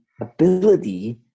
ability